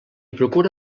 procura